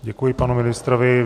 Děkuji panu ministrovi.